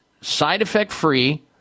Side-effect-free